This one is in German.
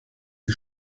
die